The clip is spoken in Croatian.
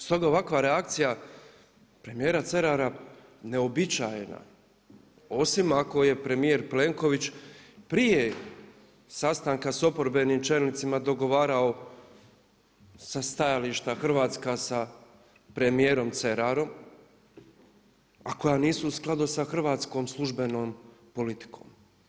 Stoga je ovakva reakcija premijera Cerara neuobičajena, osim ako je premijer Plenković prije sastanka sa oporbenim čelnicima dogovarao sa stajališta Hrvatska sa premijerom Cerarom a koja nisu u skladu sa hrvatskom službenom politikom.